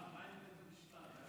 מה עם בית משפט?